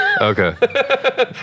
Okay